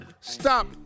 Stop